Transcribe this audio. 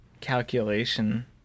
calculation